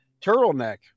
turtleneck